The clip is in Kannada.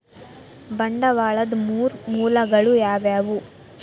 ಬಂಡವಾಳದ್ ಮೂರ್ ಮೂಲಗಳು ಯಾವವ್ಯಾವು?